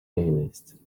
playlist